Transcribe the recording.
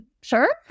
Sure